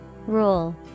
Rule